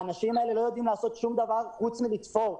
האנשים הללו לא יודעים לעשות דבר חוץ מלתפור.